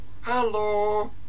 Hello